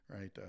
right